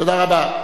תודה רבה.